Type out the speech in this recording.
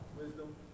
Wisdom